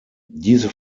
diese